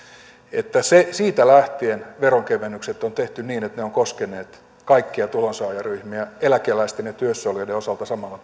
että siitä lähtien veronkevennykset on tehty niin että ne ovat koskeneet kaikkia tulonsaajaryhmiä eläkeläisten ja työssä olijoiden osalta samalla